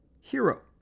hero